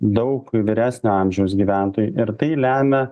daug vyresnio amžiaus gyventojų ir tai lemia